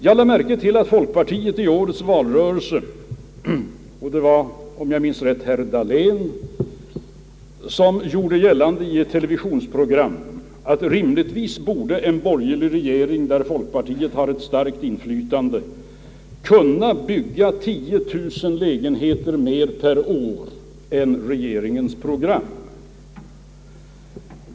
När det gäller folkpartiet lade jag märke till i årets valrörelse att herr Dahlén, om jag minns rätt, i ett televisionsprogram gjorde gällande att rimligtvis borde en borgerlig regering där folkpartiet har ett starkt inflytande kunna bygga 10000 lägenheter mera per år än regeringens program innebär.